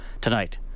tonight